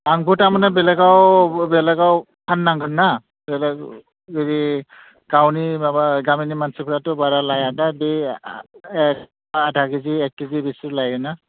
आंबो थारमाने बेलेगाव बेलेगाव फाननांगोनना गावनि माबा गामिनि मानसिफ्राथ' बारा लाया दा आधा केजि एक केजि बेसे लायो ना